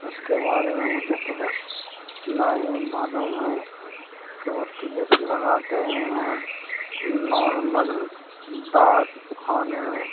اس کے بارے میں مجھے تو بس اتنا ہی معلوم ہے کہ وہ ٹکٹ لگاتے ہیں اور نو نمبر ڈاک خانے میں